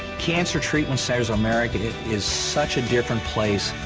cancer treatment centers of america. it is such a different place,